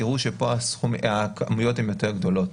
תראו שפה הכמויות הן יותר גדולות.